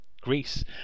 Greece